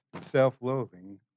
self-loathing